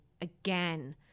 again